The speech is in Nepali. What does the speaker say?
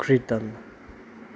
कृतन